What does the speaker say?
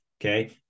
Okay